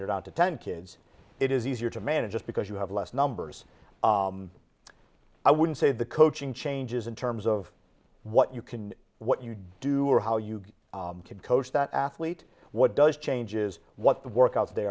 you're down to ten kids it is easier to manage just because you have less numbers i would say the coaching changes in terms of what you can what you do or how you can coach that athlete what does changes what the workouts they